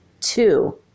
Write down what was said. two